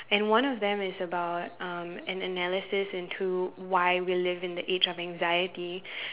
and one of them is about um an analysis into why we live in the age of anxiety